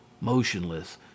motionless